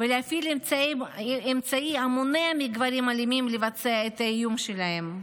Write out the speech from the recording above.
ולהפעיל אמצעי המונע מגברים אלימים לבצע את האיום שלהם.